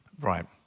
Right